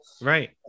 Right